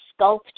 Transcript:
sculpt